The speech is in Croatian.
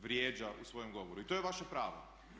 vrijeđa u svojem govoru i to je vaše pravo.